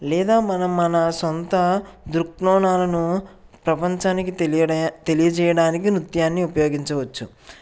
లేదా మనం మన సొంత దృక్కోణాలను ప్రపంచానికి తెలియ తెలియజేయడానికి నృత్యాన్ని ఉపయోగించవచ్చు